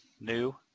New